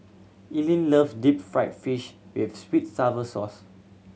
Eileen love deep fried fish with sweet sour sauce